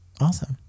awesome